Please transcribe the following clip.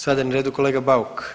Sada je na redu kolega Bauk.